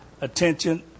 attention